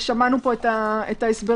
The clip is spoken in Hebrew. ושמענו פה את ההסברים,